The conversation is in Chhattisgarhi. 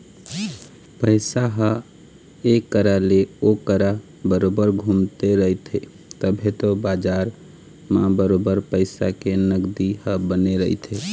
पइसा ह ऐ करा ले ओ करा बरोबर घुमते रहिथे तभे तो बजार म बरोबर पइसा के नगदी ह बने रहिथे